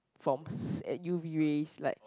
from s~ u_v rays like